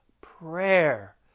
prayer